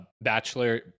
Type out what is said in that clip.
Bachelor